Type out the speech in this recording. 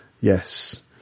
Yes